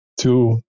two